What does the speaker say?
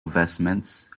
vestments